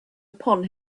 upon